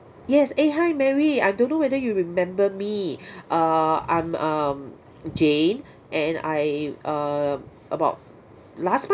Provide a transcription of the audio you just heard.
yes eh hi mary I don't know whether you remember me err I'm um jane and I err about last month